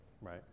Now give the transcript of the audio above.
right